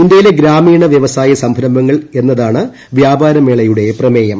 ഇന്ത്യയിലെ ഗ്രാമീണ വൃവസായ സംരംഭങ്ങൾ എന്നതാണ് വ്യാപാരമേളയുടെ പ്രമേയം